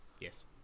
Yes